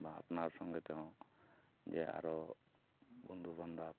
ᱵᱟ ᱟᱯᱱᱟᱨ ᱥᱚᱸᱜᱮ ᱛᱮᱦᱚᱸ ᱡᱮ ᱟᱨᱚ ᱵᱚᱱᱫᱷᱩ ᱵᱟᱱᱫᱷᱚᱵ